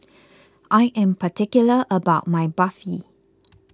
I am particular about my Barfi